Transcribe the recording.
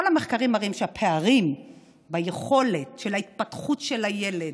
כל המחקרים מראים שהפערים ביכולת של ההתפתחות של הילד,